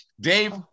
Dave